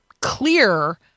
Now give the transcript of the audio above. clear